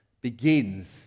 begins